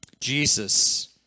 Jesus